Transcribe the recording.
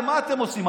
הרי מה אתם עושים?